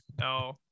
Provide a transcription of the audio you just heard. No